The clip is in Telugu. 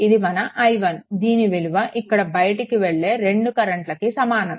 ఇది మన i1 దీని విలువ ఇక్కడ బయటికి వెళ్ళే రెండు కరెంట్లకి సమానం